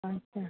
ଆଚ୍ଛା